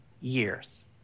years